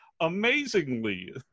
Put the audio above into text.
amazingly